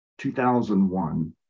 2001